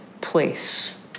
place